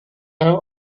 out